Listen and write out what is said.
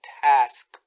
task